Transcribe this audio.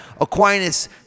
Aquinas